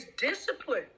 discipline